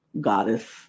goddess